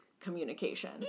communication